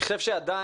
אני חושב שעדיין,